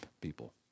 people